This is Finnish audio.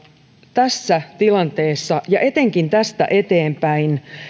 tässä tilanteessa ja etenkin tästä eteenpäin